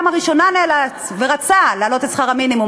הראשונה נאלץ ורצה להעלות את שכר המינימום,